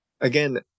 again